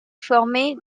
formé